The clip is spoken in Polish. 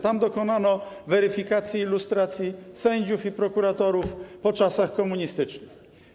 Tam dokonano weryfikacji i lustracji sędziów i prokuratorów po czasach komunistycznych.